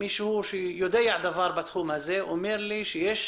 מישהו שיודע דבר בתחום אומר לי שיש